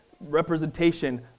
representation